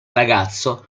ragazzo